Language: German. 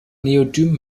neodym